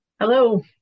Hello